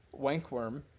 Wankworm